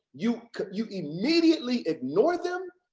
you you immediately ignore them,